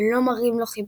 ולא מראים לו חיבה.